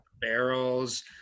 barrels